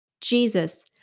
Jesus